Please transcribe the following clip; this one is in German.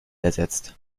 ersetzt